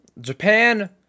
Japan